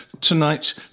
tonight